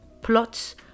Plots